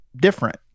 different